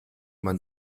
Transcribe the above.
man